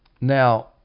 Now